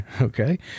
okay